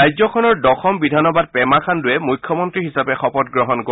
ৰাজ্যখনৰ দশম বিধানসভাত পেমা খাণ্ডুৰে মুখ্যমন্তী হিচাপে শপত গ্ৰহণ কৰিব